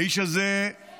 האיש הזה עובד